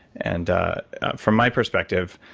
and from my perspective,